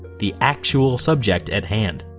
the actual subject at hand.